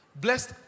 blessed